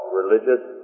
religious